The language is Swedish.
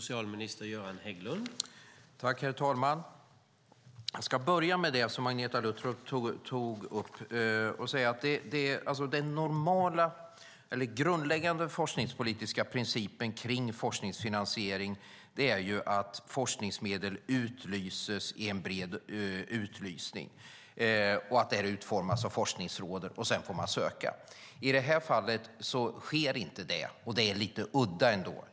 Herr talman! Jag ska börja med det Agneta Luttropp tog upp. Den grundläggande forskningspolitiska principen om forskningsfinansiering är att forskningsmedel utlyses brett. De utformas av forskningsråden, och sedan får man söka. I det här fallet är det inte så, och det är lite udda.